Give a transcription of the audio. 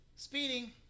speeding